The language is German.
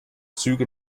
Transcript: züge